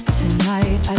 tonight